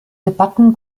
debatten